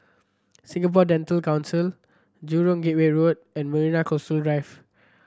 Singapore Dental Council Jurong Gateway Road and Marina Coastal Drive